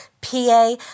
PA